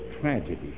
tragedy